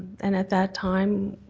and at that time,